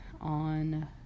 on